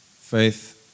Faith